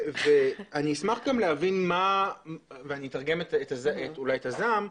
אתרגם את הזעם: